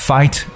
Fight